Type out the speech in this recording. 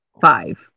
five